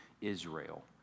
Israel